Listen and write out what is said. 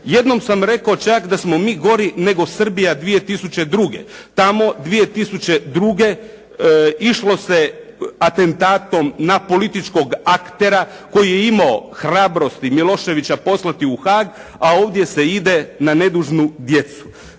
Jednom sam rekao čak da smo mi gori nego Srbija 2002. Tamo 2002. išlo se atentatom na političkog aktera koji je imao hrabrosti Miloševića poslati u Haag, a ovdje se ide na nedužnu djecu.